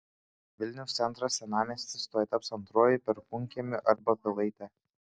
vilniaus centras senamiestis tuoj taps antruoju perkūnkiemiu arba pilaite